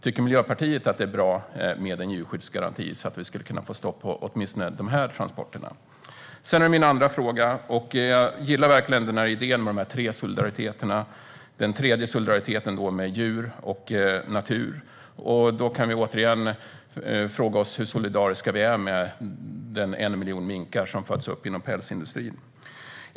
Tycker Miljöpartiet att en djurskyddsgaranti är bra för att få stopp på åtminstone dessa transporter? Jag har ytterligare en fråga. Jag gillar verkligen idén om de tre solidariteterna, och särskilt den tredje solidariteten som handlar om djur och natur. Men hur solidariska är vi när 1 miljon minkar föds upp inom pälsindustrin?